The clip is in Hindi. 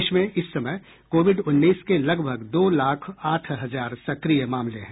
देश में इस समय कोविड उन्नीस के लगभग दो लाख आठ हजार सक्रिय मामले हैं